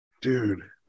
dude